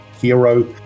hero